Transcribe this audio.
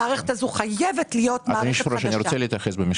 המערכת הזאת חייבת להיות מערכת חדשה.